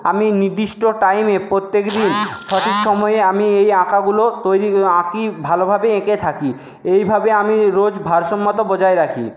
আমি নির্দিষ্ট টাইমে প্রত্যেকদিন সঠিক সময়ে আমি এই আঁকাগুলো তৈরি আঁকি ভালোভাবে এঁকে থাকি এইভাবে আমি রোজ ভারসাম্যতা বজায় রাখি